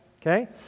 Okay